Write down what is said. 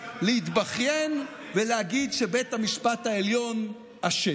להתבכיין ולהגיד שבית המשפט העליון אשם.